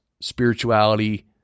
Spirituality